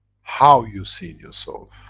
how you've seen your soul,